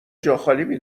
جاخالی